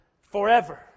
forever